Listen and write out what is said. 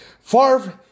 Favre